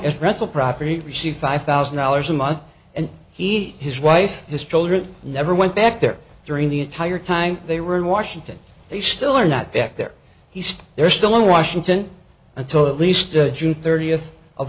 trauma as rental property received five thousand dollars a month and he his wife his children never went back there during the entire time they were in washington they still are not back there he says they're still in washington until at least june thirtieth of